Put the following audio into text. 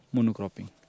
Monocropping